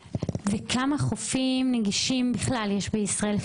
--- וכמה חופים נגישים בכלל יש במדינת ישראל,